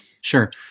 Sure